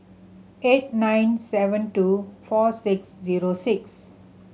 eight nine seven two four six zero six